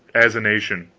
as a nation,